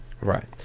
Right